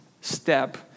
step